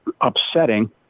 upsetting